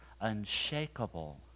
unshakable